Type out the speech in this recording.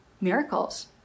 miracles